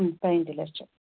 ഉം പതിനഞ്ച് ലക്ഷം